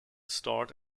stored